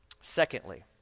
Secondly